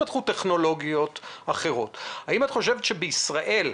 האם את חושבת שבישראל,